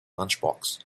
lunchbox